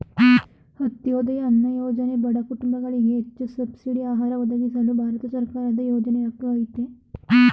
ಅಂತ್ಯೋದಯ ಅನ್ನ ಯೋಜನೆ ಬಡ ಕುಟುಂಬಗಳಿಗೆ ಹೆಚ್ಚು ಸಬ್ಸಿಡಿ ಆಹಾರ ಒದಗಿಸಲು ಭಾರತ ಸರ್ಕಾರದ ಯೋಜನೆಯಾಗಯ್ತೆ